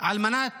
על מנת